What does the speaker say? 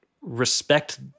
respect